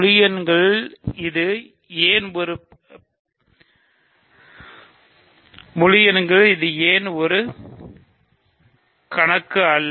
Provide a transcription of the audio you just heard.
முழு எண்களில் இது ஏன் ஒரு பிரச்சினை அல்ல